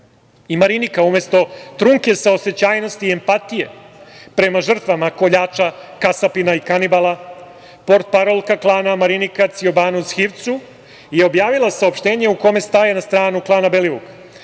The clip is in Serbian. I Marinika, umesto trunke saosećajnosti i empatije prema žrtvama koljača, kasapina i kanibala, portparolka klana Marinika Ciobanu Zhivcu je objavila saopštenje u kojem staje na stranu klana Belivuk,